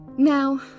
Now